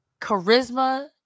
charisma